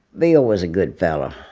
bill was a good fella,